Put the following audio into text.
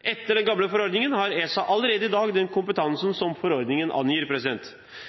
Etter den gamle forordningen har ESA allerede i dag den kompetansen som forordningen angir.